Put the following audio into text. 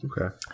okay